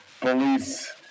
police